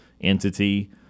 entity